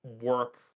work